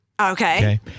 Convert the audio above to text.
okay